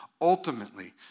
ultimately